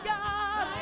God